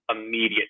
immediate